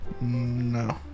No